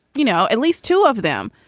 you know, at least two of them,